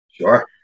Sure